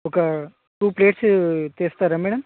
ఒకా two plates తెస్తారా madam